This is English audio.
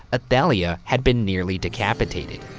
ah athalia had been nearly decapitated.